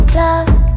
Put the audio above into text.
love